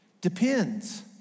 depends